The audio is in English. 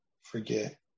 forget